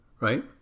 right